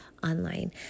online